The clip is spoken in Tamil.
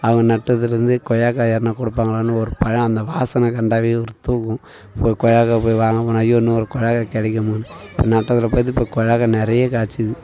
அவங்க நட்டதிலேருந்து கொய்யாக்காய் யாருன்னால் கொடுப்பாங்களான்னு ஒரு பழம் அந்த வாசனை கண்டாவே ஊர் தூக்கும் ஒரு கொய்யாக்காய் போய் வாங்கப் போனால் ஐயோ இன்னும் ஒரு கொய்யாக்காய் கிடைக்குமானு நட்டதில் பார்த்து இப்போ கொய்யாக்காய் நிறைய காய்ச்சிது